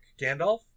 Gandalf